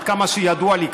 עד כמה שידוע לי.